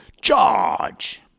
Charge